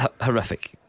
horrific